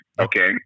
okay